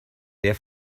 der